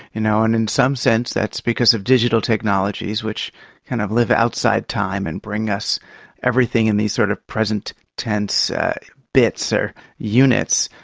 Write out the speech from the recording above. you know and in some sense that's because of digital technologies which kind of live outside time and bring us everything in these sort of present tense bits or units.